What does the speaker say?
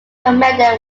commander